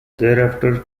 thereafter